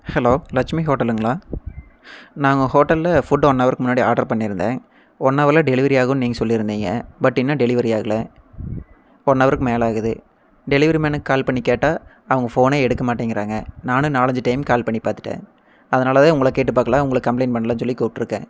hello Lakshmi ஹோட்டலுங்களா நான் உங்கள் ஹோட்டலில் ஃபுட் ஒன்னவருக்கு முன்னாடி ஆர்டர் பண்ணிருந்தேன் ஒன்னவரில் டெலிவரியாகுன்னு நீங்கள் சொல்லிருந்திங்க பட் இன்னும் டெலிவரி ஆகல ஒன்னவர்க்கு மேலே ஆகுது டெலிவரி மேனுக்கு கால் பண்ணி கேட்டால் அவங்க ஃபோனே எடுக்க மாட்டேங்குறாங்க நானும் நாலஞ்சு டைம் கால் பண்ணி பார்த்துட்டேன் அதனால் தான் உங்களை கேட்டுப்பார்க்கலாம் உங்களை கம்ப்ளைண்ட் பண்ணலாம் சொல்லி கூப்பிட்ருக்கேன்